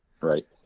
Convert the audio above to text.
Right